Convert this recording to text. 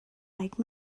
like